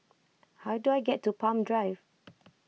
how do I get to Palm Drive